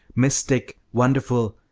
mystic, wonderful,